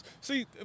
See